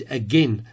again